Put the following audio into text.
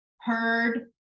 heard